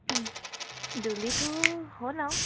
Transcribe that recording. ডুলিটো হ'ল আৰু